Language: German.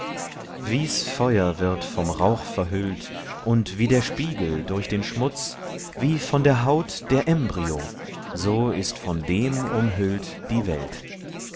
wie's feuer wird vom rauch verhüllt und wie der spiegel durch den schmutz wie von der haut der embryo so ist von dem umhüllt die welt